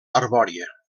arbòria